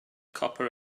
copper